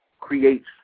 creates